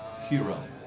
hero